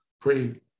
pray